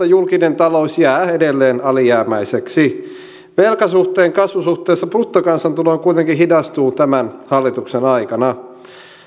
julkinen talous jää edelleen alijäämäiseksi velkasuhteen kasvu suhteessa bruttokansantuloon kuitenkin hidastuu tämän hallituksen aikana